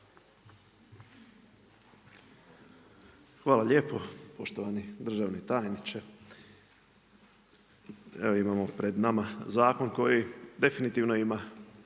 Hvala lijepo poštovani državni tajniče. Evo imamo pred nama zakon koji definitivno ima